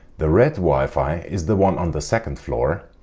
the red wi-fi is the one on the second floor,